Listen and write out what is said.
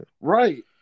right